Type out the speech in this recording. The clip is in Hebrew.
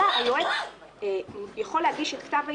אלא היועץ יכול להגיש את כתב האישום,